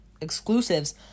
exclusives